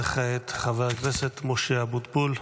וכעת חבר הכנסת משה אבוטבול,